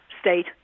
state